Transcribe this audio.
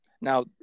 Now